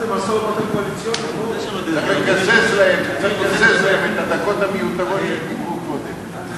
צריך לקזז להם את הדקות המיותרות שהם דיברו קודם.